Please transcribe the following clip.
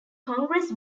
congress